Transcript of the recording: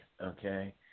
okay